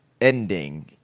ending